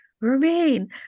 remain